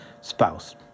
spouse